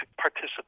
participate